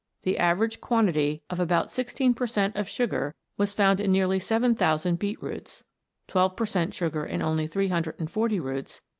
the average quantity of about sixteen per cent of sugar was found in nearly seven thousand beetroots twelve per cent sugar in only three hundred and forty roots,